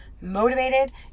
motivated